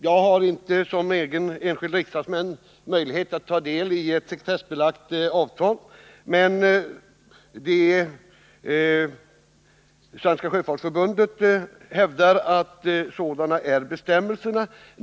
Jag har inte som enskild riksdagsledamot möjlighet att ta del av ett sekretessbelagt avtal, men Svenska sjöfolksförbundet hävdar att sådana är bestämmelserna.